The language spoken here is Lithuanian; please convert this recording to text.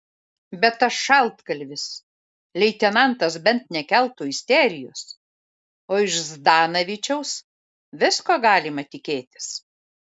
bet tas šaltkalvis leitenantas bent nekeltų isterijos o iš zdanavičiaus visko galima tikėtis